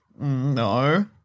No